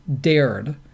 dared